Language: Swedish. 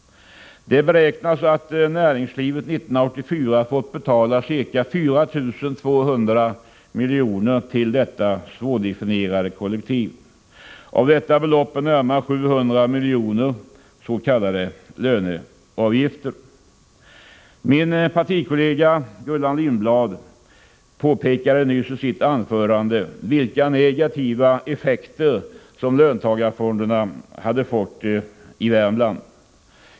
Det beräknas att näringslivet 1984 fått betala ca 4 200 miljoner till detta svårdefinierade kollektiv. Av detta belopp är närmare 700 miljoner s.k. löneavgifter. Min partikollega Gullan Lindblad påpekade nyss i sitt anförande vilka negativa effekter som löntagarfonderna har fått för Värmland.